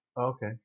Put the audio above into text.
Okay